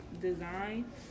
design